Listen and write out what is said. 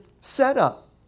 setup